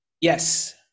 Yes